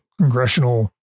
congressional